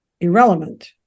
irrelevant